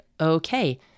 okay